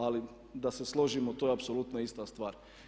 Ali da se složimo to je apsolutno ista stvar.